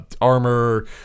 armor